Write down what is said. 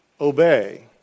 obey